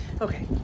Okay